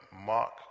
Mark